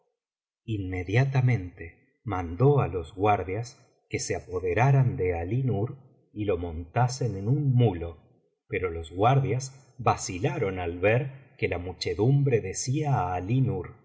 inmediatamente mandó á los guardias que se apoderaran de alí nur y lo montasen en un mulo pero los guardias vacilaron al ver que la muchedumbre clecia á